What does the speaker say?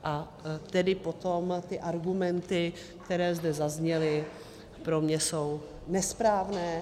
A tedy potom ty argumenty, které zde zazněly, pro mě jsou nesprávné.